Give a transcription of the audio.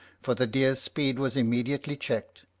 for the deer's speed was immediately checked.